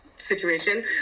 situation